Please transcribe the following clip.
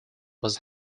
was